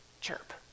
chirp